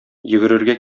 йөгерергә